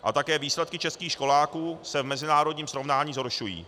A také výsledky českých školáků se v mezinárodním srovnání zhoršují.